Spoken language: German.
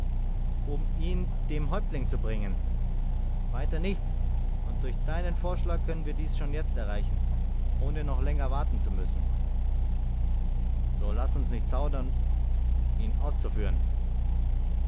um ihn dem häuptling zu bringen weiter nichts und durch deinen vorschlag können wir dies schon jetzt erreichen ohne noch länger warten zu müssen so laß uns nicht zaudern ihn auszuführen